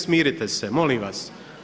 Smirite se, molim vas.